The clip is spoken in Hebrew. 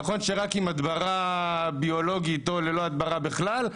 נכון שרק עם הדברה ביולוגית או ללא הדברה בכלל,